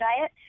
diet